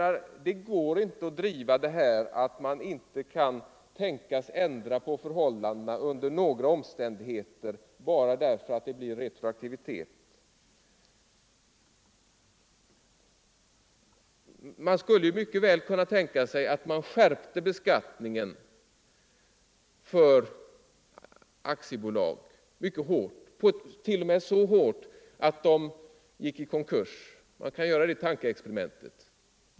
Det går inte att driva uppfattningen att man inte kan tänkas ändra på förhållanden under några omständigheter bara därför att det blir retroaktivitet. Man skulle mycket väl kunna tänka sig att beskattningen av aktiebolag skärptes mycket hårt, t.o.m. så hårt att de gick i konkurs. Man kan göra det tankeexperimentet.